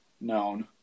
known